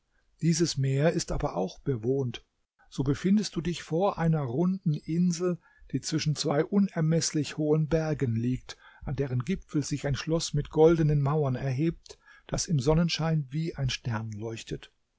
dieses meer ist aber auch bewohnt so befindest du dich vor einer runden insel die zwischen zwei unermeßlich hohen bergen liegt an deren gipfeln sich ein schloß mit goldenen mauern erhebt das im sonnenschein wie ein stern leuchtet